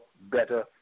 better